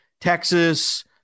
Texas